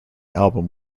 album